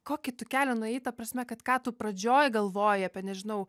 kokį tu kelią nuėjai ta prasme kad ką tu pradžioj galvojai apie nežinau